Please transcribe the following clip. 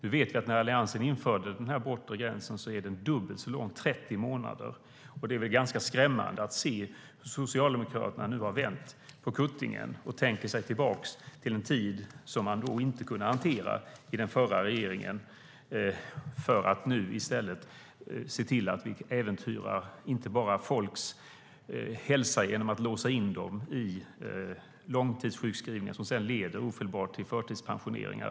Nu vet vi att när Alliansen införde den bortre gränsen var det dubbelt så lång tid - 30 månader. Det är ganska skrämmande att se hur Socialdemokraterna nu har vänt på kuttingen och tänker sig tillbaka till en tid då man i den förra regeringen inte kunde hantera detta. Nu ser man till att vi äventyrar människors hälsa genom att låsa in dem i långtidssjukskrivningar som ofelbart leder till förtidspensioneringar.